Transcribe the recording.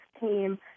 team